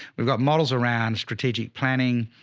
we've got models around strategic planning,